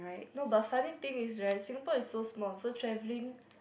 no but funny thing is right Singapore is so small so travelling